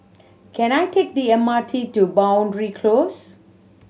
can I take the M R T to Boundary Close